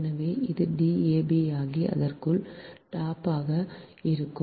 எனவே அது dab ஆகி அதற்குள் dab ஆக இருக்கும்